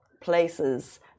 places